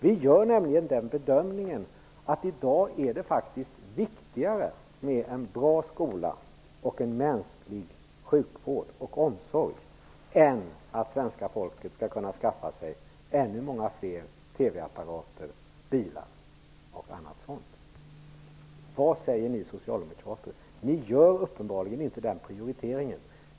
Vi gör nämligen den bedömningen att det i dag är viktigare med en bra skola och en mänsklig sjukvård och omsorg än att svenska folket skall kunna skaffa sig ännu många fler TV-apparater, bilar osv. Vad säger ni socialdemokrater? Ni gör uppenbarligen inte den prioriteringen.